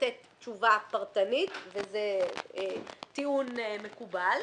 לתת תשובה פרטנית וזה טיעון מקובל,